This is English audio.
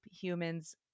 humans